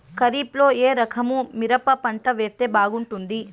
ఖరీఫ్ లో ఏ రకము మిరప పంట వేస్తే బాగుంటుంది